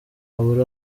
abure